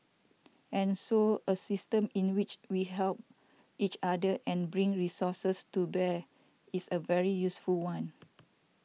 and so a system in which we help each other and bring resources to bear is a very useful one